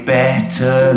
better